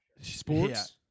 Sports